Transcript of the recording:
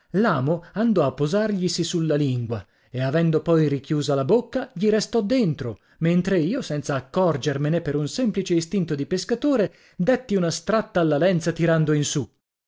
l'amo andò a posarglisi sulla lingua e avendo poi richiusa la bocca gli restò dentro mentre io senza accorgermene per un semplice istinto di pescatore detti una stratta alla lenza tirando in su